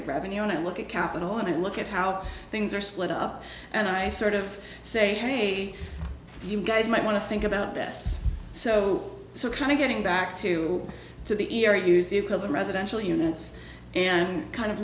at revenue and i look at capital and i look at how things are split up and i sort of say hey you guys might want to think about this so so kind of getting back to to the ear use the residential units and kind of